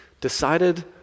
decided